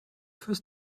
fürs